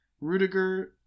Rudiger